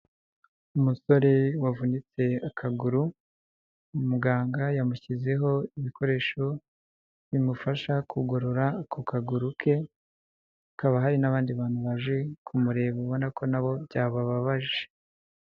Umusore wavunitse akaguru muganga yamushyizeho ibikoresho bimufasha kugorora ako kaguru ke, hakaba hari n'abandi bantu baje kumureba ubona ko nabo byabababaje.